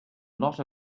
lot